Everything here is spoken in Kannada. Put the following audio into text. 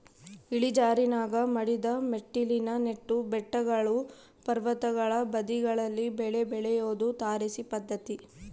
ಇಳಿಜಾರಿನಾಗ ಮಡಿದ ಮೆಟ್ಟಿಲಿನ ನೆಟ್ಟು ಬೆಟ್ಟಗಳು ಪರ್ವತಗಳ ಬದಿಗಳಲ್ಲಿ ಬೆಳೆ ಬೆಳಿಯೋದು ತಾರಸಿ ಪದ್ಧತಿ